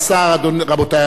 רבותי השרים,